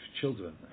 children